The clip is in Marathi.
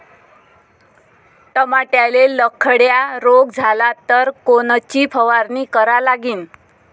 टमाट्याले लखड्या रोग झाला तर कोनची फवारणी करा लागीन?